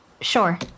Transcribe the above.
Sure